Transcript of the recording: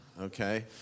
okay